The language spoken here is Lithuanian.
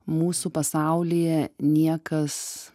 mūsų pasaulyje niekas